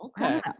okay